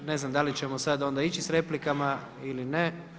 Ne znam da li ćemo sada onda ići s replikama ili ne?